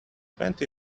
twenty